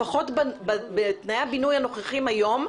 לפחות בתנאי הבינוי הנוכחיים היום,